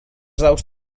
daus